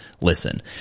listen